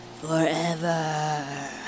Forever